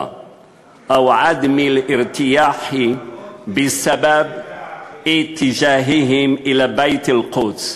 או עדם אל-ארתיאח בסבב אתג'אההם אלא בית אל-מקדס."